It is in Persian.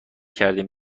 کردیم